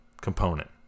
component